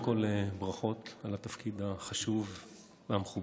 קודם כול ברכות על התפקיד החשוב והמכובד.